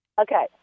okay